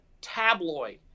tabloid